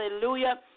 Hallelujah